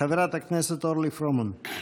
חברת הכנסת אורלי פרומן.